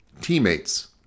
teammates